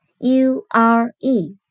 U-R-E